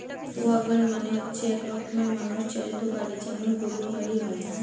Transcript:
wagon মানে হচ্ছে এক রকমের মানুষ চালিত গাড়ি যেমন গরুর গাড়ি হয়